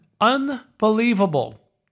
Unbelievable